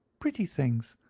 pretty things!